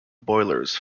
boilers